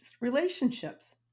relationships